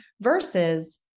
versus